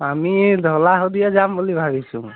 আমি ঢলাশ দিয়া যাম বুলি ভাবিছোঁ